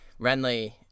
Renly